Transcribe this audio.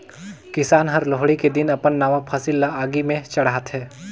किसान हर लोहड़ी के दिन अपन नावा फसिल ल आगि में चढ़ाथें